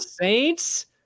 saints